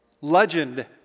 Legend